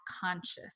conscious